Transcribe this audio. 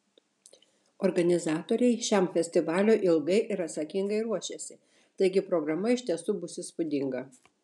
organizatoriai šiam festivaliui ilgai ir atsakingai ruošėsi taigi programa iš tiesų bus įspūdinga